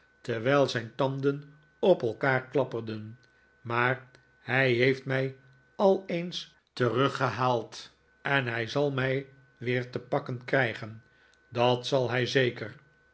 terwijl zijn tanden op elkaar klapperden maar hij heeft mij al eens teruggehaald en hij zal mij weer te pakken krijgen dat zal hij zeker